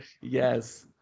Yes